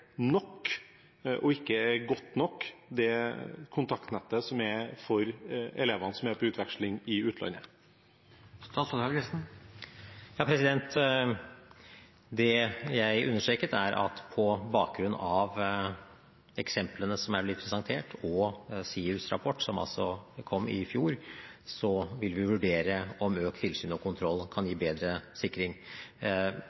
for elevene som er på utveksling i utlandet, ikke er nok, ikke er godt nok? Det jeg understreket, er at på bakgrunn av eksemplene som er blitt presentert, og SIUs rapport, som altså kom i fjor, vil vi vurdere om økt tilsyn og kontroll kan gi